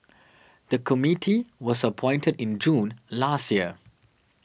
the committee was appointed in June last year